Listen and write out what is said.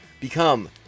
become